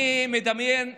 אני מדמיין לרגע: